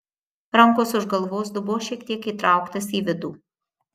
rankos už galvos dubuo šiek tiek įtrauktas į vidų